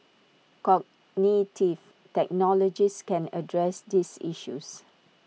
cognitive technologies can address these issues